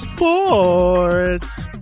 Sports